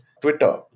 Twitter